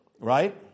right